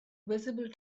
visible